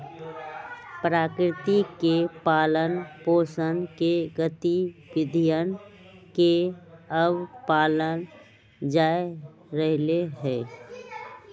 प्रकृति के पालन पोसन के गतिविधियन के अब पाल्ल जा रहले है